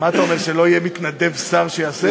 מה אתה אומר, שלא יהיה מתנדב שר שיעשה את זה?